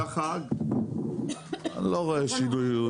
אני לא רואה שינוי.